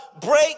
break